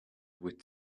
wit